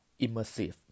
immersive